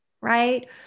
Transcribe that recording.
right